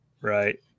right